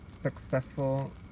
successful